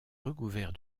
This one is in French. recouvert